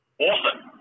Awesome